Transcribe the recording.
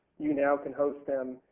you now can host them